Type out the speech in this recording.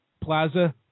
plaza